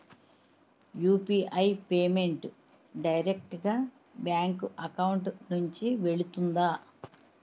UPI payment direct గా bank account నుంచి వెళ్తుందా?